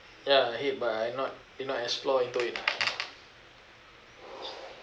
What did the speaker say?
ya I heard but I not did not explore into it lah